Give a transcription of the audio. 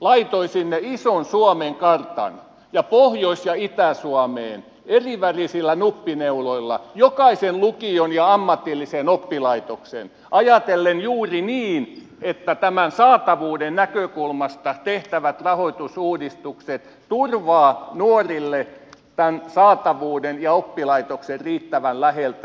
laitoin sinne ison suomen kartan ja pohjois ja itä suomeen erivärisillä nuppineuloilla jokaisen lukion ja ammatillisen oppilaitoksen ajatellen juuri niin että tämän saatavuuden näkökulmasta tehtävät rahoitusuudistukset turvaavat nuorille tämän saatavuuden ja oppilaitoksen riittävän läheltä